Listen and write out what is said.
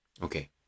Okay